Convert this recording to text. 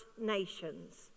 nations